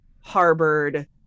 harbored